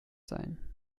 sein